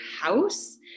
house